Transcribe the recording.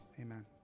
Amen